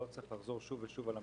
לא צריך לחזור שוב ושוב על המספרים,